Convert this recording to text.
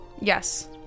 Yes